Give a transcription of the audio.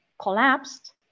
collapsed